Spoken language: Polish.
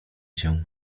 cię